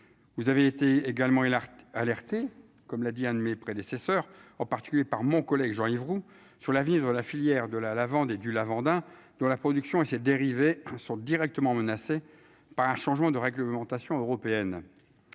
vous avez été également il a alerté, comme l'a dit un de mes prédécesseurs en particulier par mon collègue Jean-Yves Roux sur la vie dans la filière de la lavande et du lavande, hein, dans la production et ses dérivés sont directement menacés par un changement de réglementation européenne